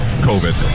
COVID